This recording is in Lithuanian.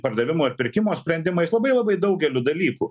pardavimo ir pirkimo sprendimais labai labai daugeliu dalykų